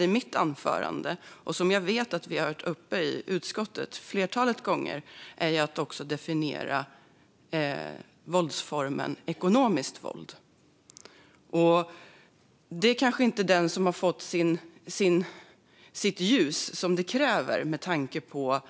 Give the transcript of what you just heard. I mitt anförande nämnde jag något som vi också haft uppe i utskottet ett flertal gånger: att också våldsformen ekonomiskt våld bör definieras. Det har kanske inte fått det ljus som krävs med tanke på